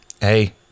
Hey